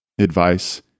advice